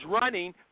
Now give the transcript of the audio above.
running